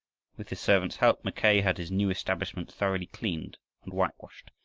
with his servant's help mackay had his new establishment thoroughly cleaned and whitewashed,